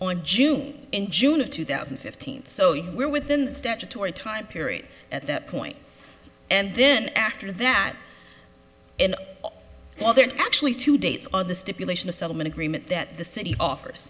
on june in june of two thousand and fifteen so you were within the statutory time period at that point and then after that and there actually two dates on the stipulation of settlement agreement that the city offers